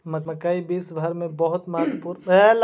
मकई विश्व भर में बहुत महत्वपूर्ण अनाज के तौर पर उगावल जा हई